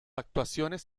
actuaciones